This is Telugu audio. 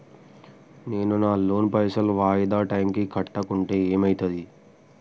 నేను నా లోన్ పైసల్ వాయిదా టైం కి కట్టకుంటే ఏమైతది?